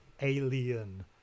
alien